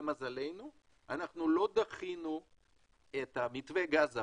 לא דחינו את מתווה הגז שעבר,